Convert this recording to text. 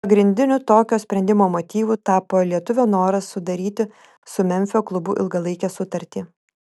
pagrindiniu tokio sprendimo motyvu tapo lietuvio noras sudaryti su memfio klubu ilgalaikę sutartį